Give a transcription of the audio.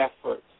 efforts